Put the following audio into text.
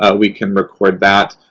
ah we can record that.